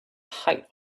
height